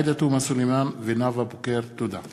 עאידה תומא סלימאן ונאוה בוקר בנושא: קשיים ברפורמה בשירות המדינה.